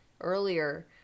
earlier